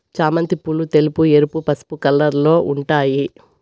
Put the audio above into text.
చామంతి పూలు తెలుపు, ఎరుపు, పసుపు కలర్లలో ఉంటాయి